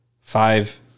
five